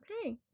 okay